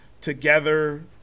together